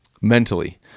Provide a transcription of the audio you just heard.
Mentally